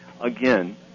Again